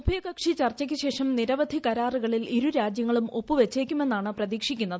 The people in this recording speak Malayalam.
ഉഭയകക്ഷി ചർച്ചയ്ക്ക് ശേഷം നിരവധി കരാറുകളിൽ ഇരു രാജ്യങ്ങളും ഒപ്പ് വൃച്ചേക്കുമെന്നാണ് പ്രതീക്ഷിക്കുന്നത്